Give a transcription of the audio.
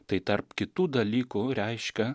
tai tarp kitų dalykų reiškia